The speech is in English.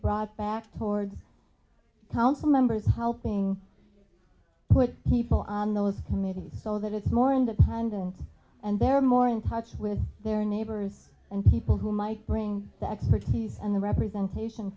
brought back towards council members how thing put people on those committees so that it's more in the hundreds and there are more in touch with their neighbors and people who might bring the expertise and the representation